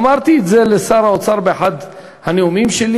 אמרתי לשר האוצר באחד הנאומים שלי